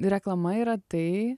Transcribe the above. reklama yra tai